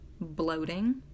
bloating